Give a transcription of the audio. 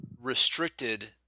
restricted